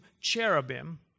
cherubim